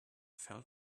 fell